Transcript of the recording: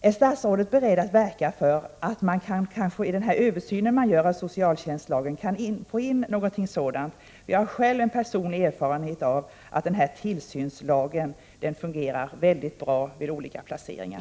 Är statsrådet beredd att verka för att man vid den översyn som pågår kan få med motsvarande bestämmelser? Jag har personlig erfarenhet av att tillsynslagen fungerar mycket bra vid olika placeringar.